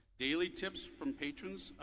daily tips from patrons.